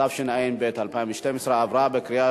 התשע"ב 2011, נתקבל.